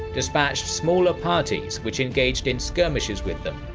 dispatched smaller parties which engaged in skirmishes with them,